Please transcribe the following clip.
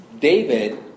David